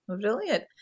Brilliant